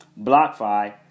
BlockFi